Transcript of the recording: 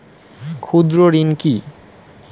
ক্ষুদ্র ঋণ কি?